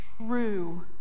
true